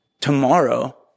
tomorrow